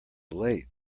late